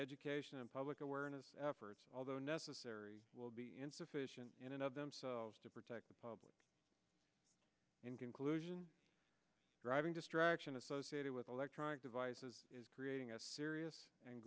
education and public awareness efforts although necessary will be insufficient in and of themselves to protect the public and conclusion driving distraction associated with electronic devices is creating a serious and